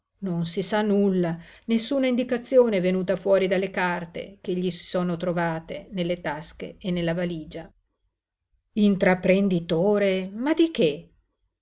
non si sa nulla nessuna indicazione è venuta fuori dalle carte che gli si sono trovate nelle tasche e nella valigia intraprenditore ma di che